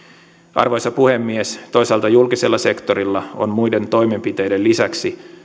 arvoisa puhemies toisaalta julkisella sektorilla on muiden toimenpiteiden lisäksi